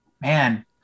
Man